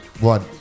one